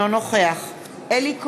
אינו נוכח אלי כהן,